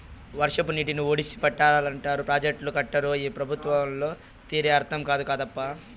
వర్షపు నీటిని ఒడిసి పట్టాలంటారు ప్రాజెక్టులు కట్టరు ఈ పెబుత్వాల తీరే అర్థం కాదప్పా